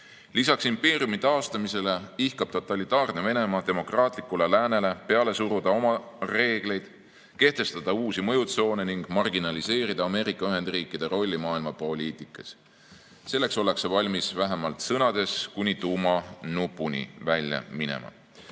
Lisaks impeeriumi taastamisele ihkab totalitaarne Venemaa demokraatlikule läänele peale suruda oma reegleid, kehtestada uusi mõjutsoone ning marginaliseerida Ameerika Ühendriikide rolli maailmapoliitikas. Selleks ollakse valmis vähemalt sõnades kuni tuumanupuni välja